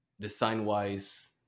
design-wise